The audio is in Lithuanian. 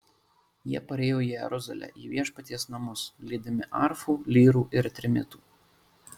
jie parėjo į jeruzalę į viešpaties namus lydimi arfų lyrų ir trimitų